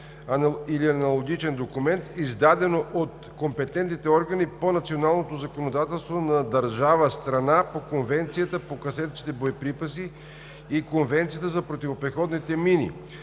или аналогичен документ, издадено от компетентните органи по националното законодателство на държава – страна по Конвенцията по касетъчните боеприпаси и Конвенцията за противопехотните мини,